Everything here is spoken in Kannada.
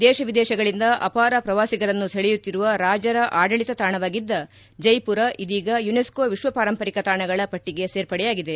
ದೇಶ ವಿದೇಶಗಳಿಂದ ಅಪಾರ ಪ್ರವಾಸಿಗರನ್ನು ಸೆಳೆಯುತ್ತಿರುವ ರಾಜರ ಆಡಳಿತ ತಾಣವಾಗಿದ್ದ ಜೈಮರ ಇದೀಗ ಯುನೆಸ್ಕೊ ವಿಕ್ವ ಪಾರಂಪರಿಕ ತಾಣಗಳ ಪಟ್ಟಿಗೆ ಸೇರ್ಪಡೆಯಾಗಿದೆ